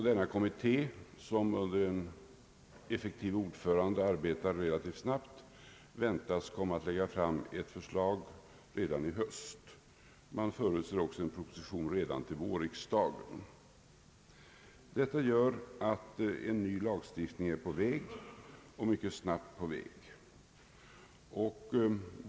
Denna kommitté, som arbetar relativt snabbt under en effektiv ordförande, väntas komma att lägga fram ett förslag redan i höst. Man förutser också en proposition till vårriksdagen 1970. Detta gör att en ny lagstiftning mycket snabbt är på väg.